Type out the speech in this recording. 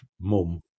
mum